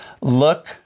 look